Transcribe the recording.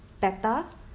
better